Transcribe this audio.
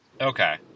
Okay